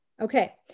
Okay